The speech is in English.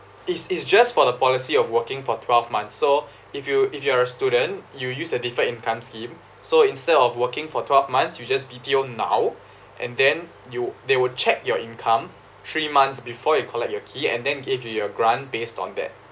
it's it's just for the policy of working for twelve months so if you if you are a student you use a deferred income scheme so instead of working for twelve months you just B_T_O now and then you they would check your income three months before you collect your key and then give you your grant based on that